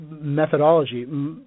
methodology